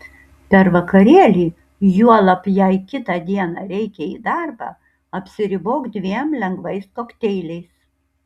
per vakarėlį juolab jei kitą dieną reikia į darbą apsiribok dviem lengvais kokteiliais